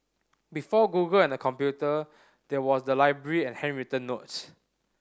before Google and the computer there was the library and handwritten notes